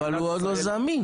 אבל הוא עוד לא זמין